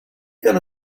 gonna